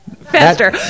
Faster